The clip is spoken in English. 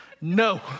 no